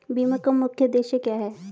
बीमा का मुख्य उद्देश्य क्या है?